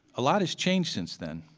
a lot has changed since then.